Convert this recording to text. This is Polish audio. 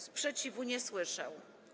Sprzeciwu nie słyszę.